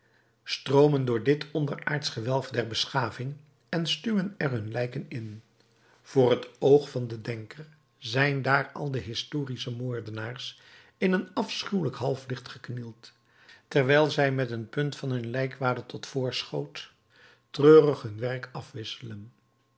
stroomen door dit onderaardsch gewelf der beschaving en stuwen er hun lijken in voor het oog van den denker zijn daar al de historische moordenaars in een afschuwelijk halflicht geknield terwijl zij met een punt van hun lijkwade tot voorschoot treurig hun werk afwisschen